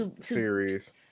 series